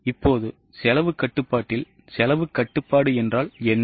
இப்போது செலவுக் கட்டுப்பாட்டில் செலவுக் கட்டுப்பாடு என்றால் என்ன